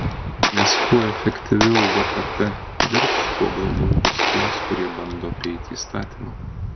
nes kuo efektyviau vpt dirbs tuo blogiau bus tiems kurie bando apeiti įstatymą